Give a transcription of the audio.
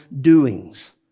doings